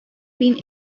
been